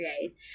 right